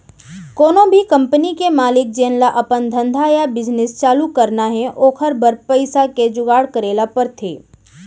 कोनो भी कंपनी के मालिक जेन ल अपन धंधा या बिजनेस चालू करना हे ओकर बर पइसा के जुगाड़ करे ल परथे